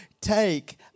take